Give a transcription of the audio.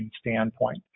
standpoint